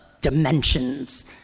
dimensions